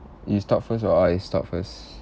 you start first or I start first